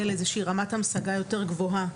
לאיזו שהיא רמת המשגה יותר גבוהה,